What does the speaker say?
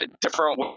different